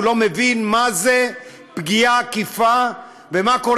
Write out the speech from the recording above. הוא לא מבין מה זו פגיעה עקיפה ומה קורה